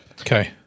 Okay